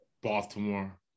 Baltimore